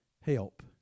Help